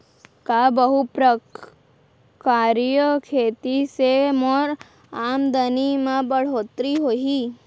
का बहुप्रकारिय खेती से मोर आमदनी म बढ़होत्तरी होही?